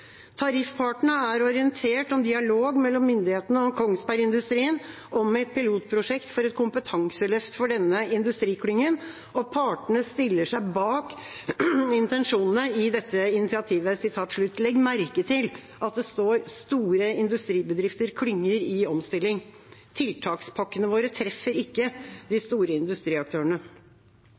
Tariffpartene er orientert om dialog mellom myndighetene og Kongsbergindustrien om et pilotprosjekt for et kompetanseløft for denne industriklyngen, og partene stiller seg bak intensjonene i dette initiativet.» Legg merke til at det står «store industribedrifter/klynger i omstilling». Tiltakspakkene våre treffer ikke de store industriaktørene.